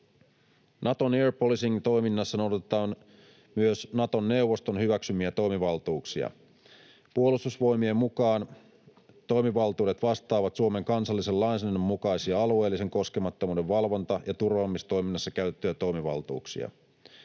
Naton air policing -toiminnassa noudatetaan myös Naton neuvoston hyväksymiä toimivaltuuksia. Puolustusvoimien mukaan toimivaltuudet vastaavat Suomen kansallisen lainsäädännön mukaisia alueellisen koskemattomuuden valvonta- ja turvaamistoiminnassa käytettyjä toimivaltuuksia.